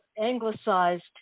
anglicized